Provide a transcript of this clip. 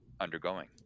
undergoing